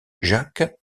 jacques